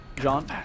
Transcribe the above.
John